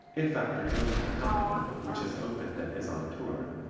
if after joining a company, which has opened and is on tour,